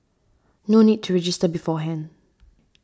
no need to register beforehand